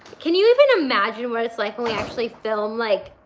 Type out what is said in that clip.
can you even imagine what it's like when we actually film like